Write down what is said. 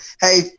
Hey